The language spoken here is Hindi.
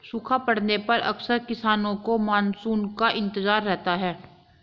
सूखा पड़ने पर अक्सर किसानों को मानसून का इंतजार रहता है